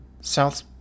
South